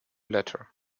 latter